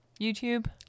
youtube